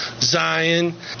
Zion